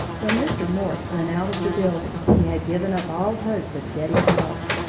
when mr. morse went out of the building, he had given up all hopes of getting help.